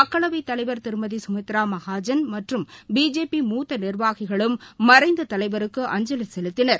மக்களவைத் தலைவர் திருமதி கமித்ரா மகாஜன் மற்றும் பிஜேபி நிர்வாகிகளும் மறைந்த தலைவருக்கு அஞ்சலி செலுத்தினர்